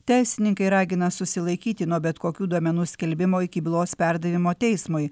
teisininkai ragina susilaikyti nuo bet kokių duomenų skelbimo iki bylos perdavimo teismui